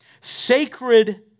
sacred